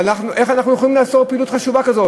אבל איך אנחנו יכולים לאסור פעילות חשובה כזאת?